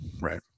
Right